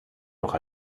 noch